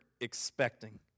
expecting